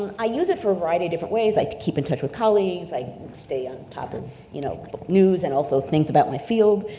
um i use it for a variety of different ways, i keep in touch with colleagues, i stay on top of you know news and also things about my field,